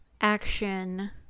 action